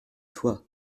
toi